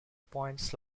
points